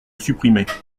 supprimer